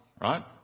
right